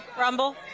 rumble